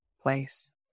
place